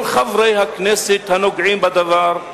כל חברי הכנסת הנוגעים בדבר,